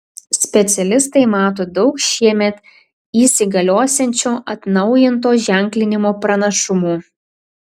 specialistai mato daug šiemet įsigaliosiančio atnaujinto ženklinimo pranašumų